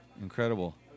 Incredible